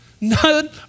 none